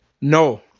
No